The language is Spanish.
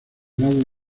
lado